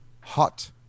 Hot